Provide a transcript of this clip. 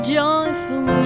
joyful